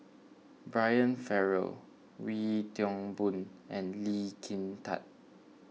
Brian Farrell Wee Toon Boon and Lee Kin Tat